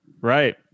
Right